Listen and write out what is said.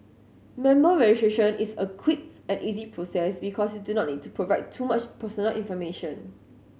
member registration is a quick and easy process because you do not need to provide too much personal information